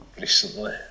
recently